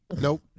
Nope